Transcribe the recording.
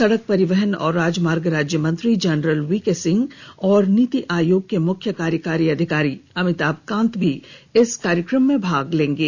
सड़क परिवहन और राजमार्ग राज्यमंत्री जनरल वी के सिंह और नीति आयोग के मुख्य कार्यकारी अधिकारी अमिताभ कांत भी इस कार्यक्रम में भाग लेंगे